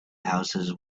houses